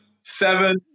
Seven